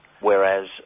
whereas